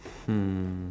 hmm